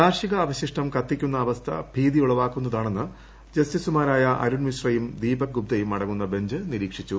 കാർഷിക അവശിഷ്ടം കത്തിക്കുന്ന അവസ്ഥ ഭീതിയുളവാക്കുന്നതാണെന്ന് ജസ്റ്റിസുമാരായ അരുൺ മിശ്രയും ദീപക് ഗുപ്തയും അടങ്ങുന്ന ബഞ്ച് നിരീക്ഷിച്ചു